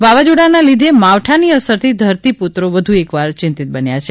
વાવાઝોડાના લીધે માવઠાની અસરથી ધરતીપુત્રો વધુ એકવાર ચિંતિત બન્યા છે